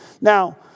Now